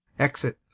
exit